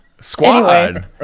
Squad